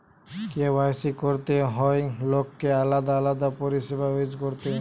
KYC করতে হয় লোককে আলাদা আলাদা পরিষেবা ইউজ করতে